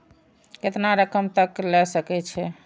केतना रकम तक ले सके छै?